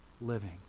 living